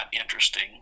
interesting